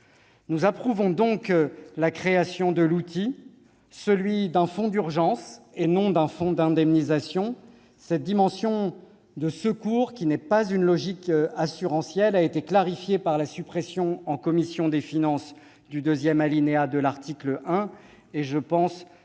Nous approuvons la création de l'outil, celui d'un fonds d'urgence, et non d'un fonds d'indemnisation. Cette dimension de secours, qui ne relève pas d'une logique assurantielle, a été clarifiée par la suppression, en commission des finances, du deuxième alinéa de l'article 1. Je pense